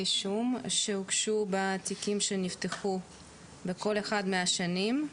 האישום שהוגשו בתיקים שנפתחו בכל אחת מהשנים.